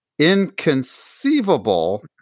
Inconceivable